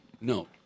No